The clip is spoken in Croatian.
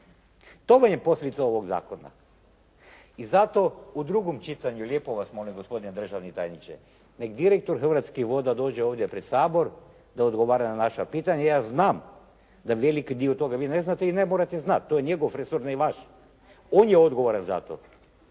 Tome je posljedica ovog zakona. I zato u drugom čitanju, lijepo vas molim gospodine državni tajniče, neka direktor Hrvatskih voda dođe ovdje pred Sabor da odgovara na naša pitanja. Ja znam da veliki dio toga vi ne znate i ne morate znati. To je njegov resor, ne vaš. On je odgovoran za to.